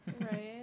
Right